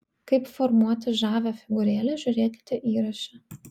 kaip formuoti žavią figūrėlę žiūrėkite įraše